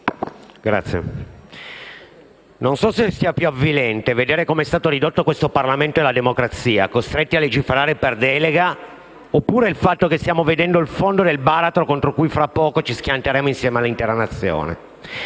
non so se sia più avvilente vedere come è stato ridotto questo Parlamento e la democrazia, costretti a legiferare per delega, oppure il fatto che stiamo vedendo il fondo del baratro contro cui fra poco ci schianteremo insieme all'intera Nazione.